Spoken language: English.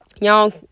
y'all